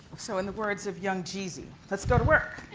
so in the words of young jeezy, let's go to work!